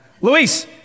Luis